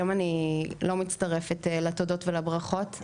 היום אני לא מצטרפת לתודות ולברכות.